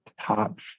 top